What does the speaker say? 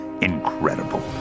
incredible